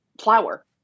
flour